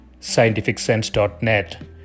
scientificsense.net